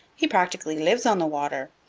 he practically lives on the water.